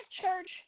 church